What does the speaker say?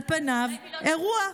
על פניו, אירוע,